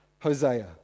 Hosea